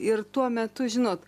ir tuo metu žinot